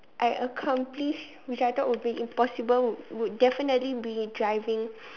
I accomplish which I thought would be impossible would definitely be driving